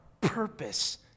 purpose